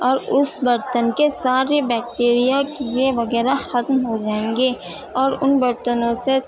اور اس برتن کے سارے بیکٹیریا کیڑے وغیرہ ختم ہو جائیں گے اور ان برتنوں سے